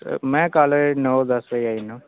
sir में college नौ दस्स बजे आई ना